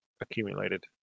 accumulated